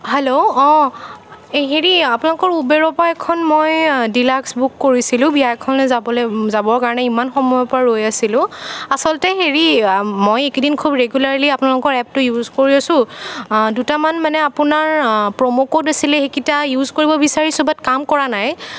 hello অঁ এই হেৰি আপোনালোকৰ ওবেৰৰ পৰা এখন মই ডিলাক্স বুক কৰিছিলোঁ বিয়া এখনলে যাবলে যাবৰ কাৰণে ইমান সময়ৰ পৰা ৰৈ আছিলোঁ আচলতে হেৰি মই এইকেইদিন খুব ৰেগুলাৰলী আপোনালোকৰ এপটো ইউজ কৰি আছোঁ দুটামান মানে আপোনাৰ প্ৰ'মো কোড আছিলে সেইকেইটা ইউজ কৰিব বিচাৰিছোঁ বাট কাম কৰা নাই